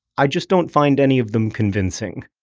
i just don't find any of them convincing.